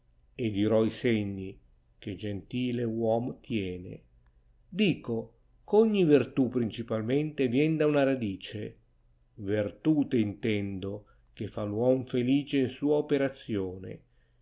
e donde viene dirò i segni che gentile uom tiene dico ch ogni vertù principalmente tien da una radice vertute intendo che fa p uom felice in sua operazione